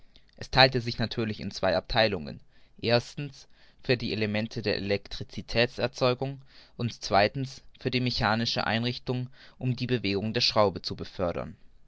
es theilte sich natürlich in zwei abtheilungen erstens für die elemente der elektricitätserzeugung und zweitens für die mechanische einrichtung um die bewegung zur schraube zu befördern